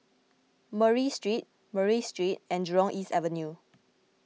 Murray Street Murray Street and Jurong East Avenue